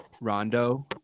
Rondo